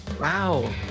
Wow